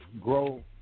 grow